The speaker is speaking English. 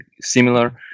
similar